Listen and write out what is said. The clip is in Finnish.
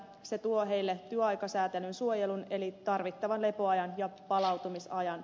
se tuo heille työaikasäätelyn suojelun eli tarvittavan lepoajan ja palautumisajan